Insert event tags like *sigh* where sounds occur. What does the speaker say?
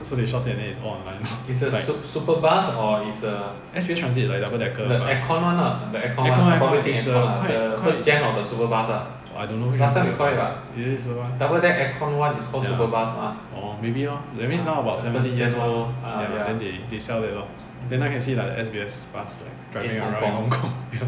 so they shot it and it's all online now S_B_S transit like a double decker bus aircon [one] aircon [one] quite quite I don't know which gen is it a super bus oh maybe lor that means now about seventeen years old ya then they sell it lor then can see like the S_B_S bus like driving around in hong-kong ya *laughs*